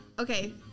Okay